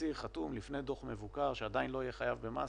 תצהיר חתום לפי דוח מבוקר שעדיין לא יהיה חייב במס.